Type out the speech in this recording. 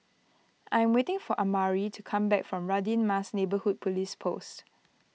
I'm waiting for Amari to come back from Radin Mas Neighbourhood Police Post